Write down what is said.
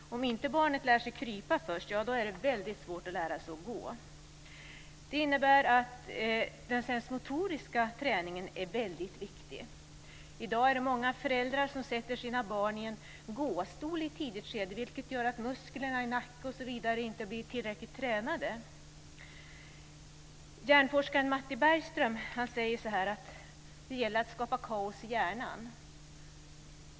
Om barnet inte först lär sig krypa blir det väldigt svårt att lära sig att gå. Det innebär att den sensmotoriska träningen är väldigt viktig. I dag är det många föräldrar som i ett tidigt skede sätter sina barn i gåstol. Det gör att musklerna i nacke osv. inte blir tillräckligt tränade. Hjärnforskaren Matti Bergström säger: Det gäller att skapa kaos i hjärnan.